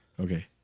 Okay